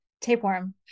Tapeworm